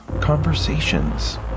conversations